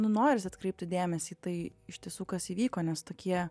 nu norisi atkreipti dėmesį tai iš tiesų kas įvyko nes tokie